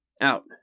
out